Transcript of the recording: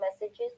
messages